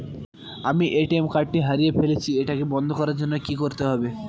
আমি ATM card টি হারিয়ে ফেলেছি এটাকে বন্ধ করার জন্য কি করতে হবে?